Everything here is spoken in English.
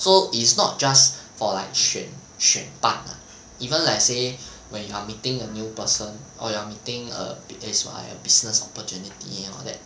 so it's not just for like 选选扮 ah even like say when you are meeting a new person or you're meeting err place business opportunity and all that